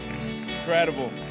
Incredible